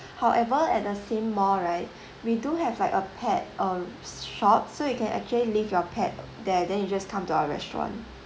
however at the same mall right we do have like a pet uh shop so you can actually leave your pet there then you just come to our restaurant